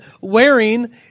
wearing